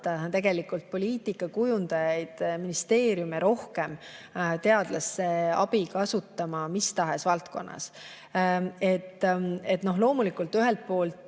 tegelikult poliitika kujundajaid, ministeeriume rohkem teadlaste abi kasutama mis tahes valdkonnas. Loomulikult on